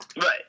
Right